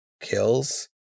kills